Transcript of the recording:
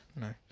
No